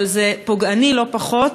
אבל זה פוגעני לא-פחות,